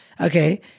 okay